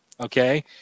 Okay